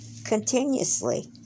continuously